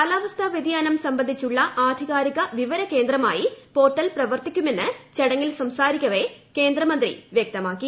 കാലാവസ്ഥാ വൃതിയാനം സംബന്ധിച്ചുള്ള ആധികാരിക വിവര കേന്ദ്രമായി പോർട്ടൽ പ്രവർത്തിക്കുമെന്ന് ചടങ്ങിൽ സംസരിക്കവെ കേന്ദ്രമന്ത്രി വവ്യക്തമാക്കി